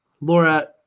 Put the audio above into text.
Laura